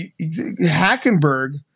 Hackenberg